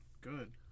good